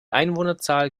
einwohnerzahl